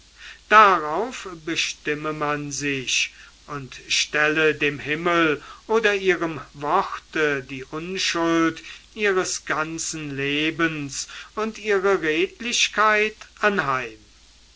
darauf bestimme man sich und stelle dem himmel oder ihrem worte die unschuld ihres ganzen lebens und ihre redlichkeit anheim